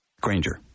Granger